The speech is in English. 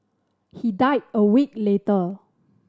he died a week later